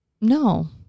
No